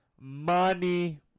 Money